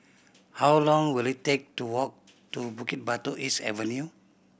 how long will it take to walk to Bukit Batok East Avenue